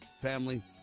family